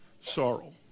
sorrow